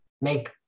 make